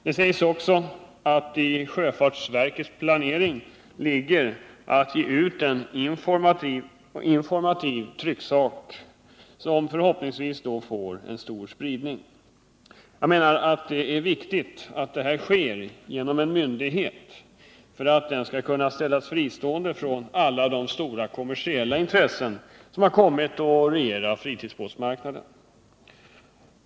Det sägs även att sjöfartsverket planerar att ge ut en informativ trycksak som förhoppningsvis får stor spridning. Jag menar att det är viktigt att en sådan utgivning sker genom en myndighet som kan vara fristående från alla de stora kommersiella intressen som har kommit att regera fritidsbåtmarknaden.